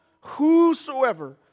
whosoever